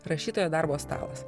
rašytojo darbo stalas